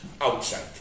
outside